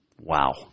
Wow